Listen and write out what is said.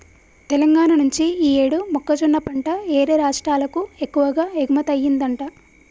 తెలంగాణా నుంచి యీ యేడు మొక్కజొన్న పంట యేరే రాష్టాలకు ఎక్కువగా ఎగుమతయ్యిందంట